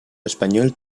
español